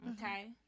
Okay